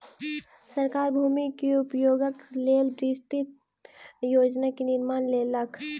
सरकार भूमि के उपयोगक लेल विस्तृत योजना के निर्माण केलक